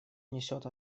несет